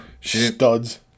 studs